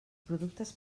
productes